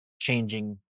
Changing